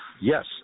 yes